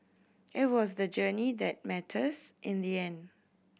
it was the journey that matters in the end